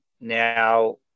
Now